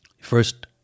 First